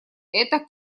это